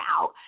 out